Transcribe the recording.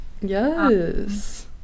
Yes